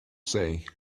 say